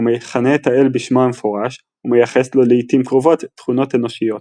הוא מכנה את האל בשמו המפורש ומייחס לו לעיתים קרובות תכונות אנושיות.